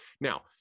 now